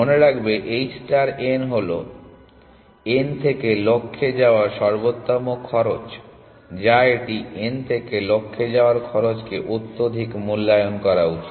মনে রাখবে h star n হল n থেকে লক্ষ্যে যাওয়ার সর্বোত্তম খরচ বা এটি n থেকে লক্ষ্যে যাওয়ার খরচকে অত্যধিক মূল্যায়ন করা উচিত